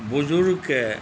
बुजुर्गके